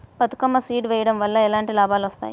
Bathukamma seed వెయ్యడం వల్ల ఎలాంటి లాభాలు వస్తాయి?